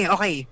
Okay